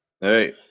hey